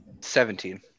Seventeen